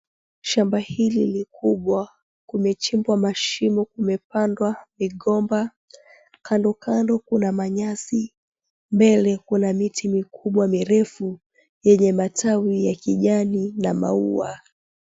Shamba hili likubwa kumechimbwa mashimo, kumepandwa migomba. Kando kando kuna manyasi. Mbele kuna miti mikubwa mirefu yenye matawi ya kijani na maua.